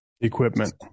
equipment